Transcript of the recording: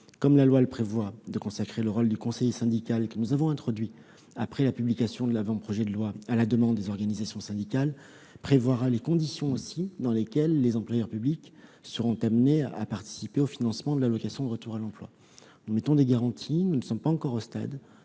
comme la loi le prévoit, de consacrer le rôle du conseiller syndical, que nous avons introduit après la publication de l'avant-projet de loi à la demande des organisations syndicales. Il précisera également les conditions dans lesquelles les employeurs publics seront amenés à participer au financement de l'allocation de retour à l'emploi. Nous fixons donc des garanties. Nous n'en sommes pas encore au stade